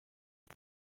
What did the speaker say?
jim